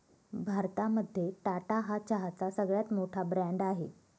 भारतामध्ये टाटा हा चहाचा सगळ्यात मोठा ब्रँड आहे